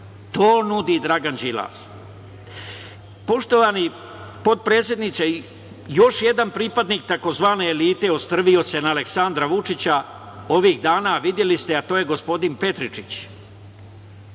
to nudi Dragan Đilas. Poštovani potpredsedniče, još jedan pripadnik tzv. elite ostrvio se na Aleksandra Vučića ovih dana, videli ste, a to je gospodin Petričić.